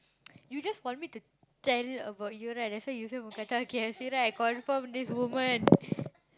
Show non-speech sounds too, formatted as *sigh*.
you just want me to tell you about you that's why you say mookata K_F_C right confirm this woman *noise*